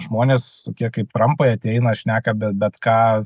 žmonės tokie kaip trampai ateina šneka be bet ką